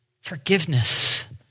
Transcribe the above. Forgiveness